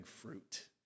fruit